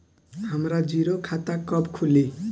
हमरा जीरो खाता कब खुली?